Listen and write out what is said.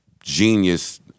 Genius